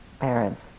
Parents